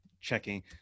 checking